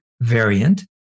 variant